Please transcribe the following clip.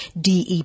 DEP